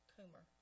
Coomer